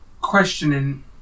questioning